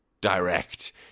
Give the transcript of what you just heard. direct